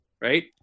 right